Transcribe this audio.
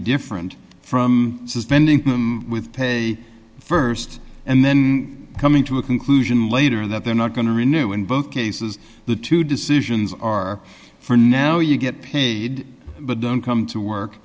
different from suspending with pay st and then coming to a conclusion later that they're not going to renew in both cases the two dollars decisions are for now you get paid but don't come to work